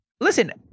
listen